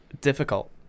difficult